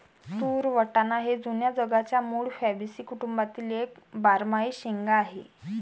तूर वाटाणा हे जुन्या जगाच्या मूळ फॅबॅसी कुटुंबातील एक बारमाही शेंगा आहे